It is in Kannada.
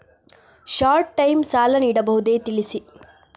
ಶಾರ್ಟ್ ಟೈಮ್ ಸಾಲ ನೀಡಬಹುದೇ ತಿಳಿಸಿ?